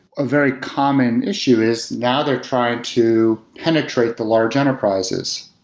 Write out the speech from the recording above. a very common issue is now they're trying to penetrate the large enterprises,